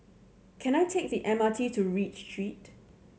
can I take the M R T to Read Street